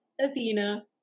Athena